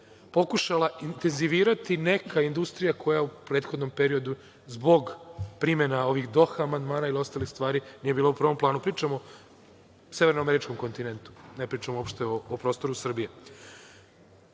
pokušala intenzivirati neka industrija koja u prethodnom periodu zbog primena ovih Doha amandmana i ostalih stvari nije bila u prvom planu. Pričam o severnoameričkom kontinentu. Ne pričam uopšte o prostoru